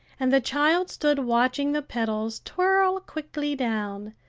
and the child stood watching the petals twirl quickly down,